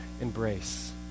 embrace